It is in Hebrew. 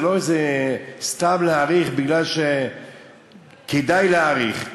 זה לא סתם להאריך בגלל שכדאי להאריך.